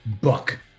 book